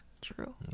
true